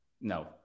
No